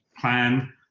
plan